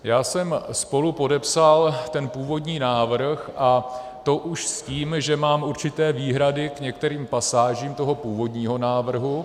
Já jsem spolupodepsal ten původní návrh, a to už s tím, že mám určité výhrady k některým pasážím toho původního návrhu.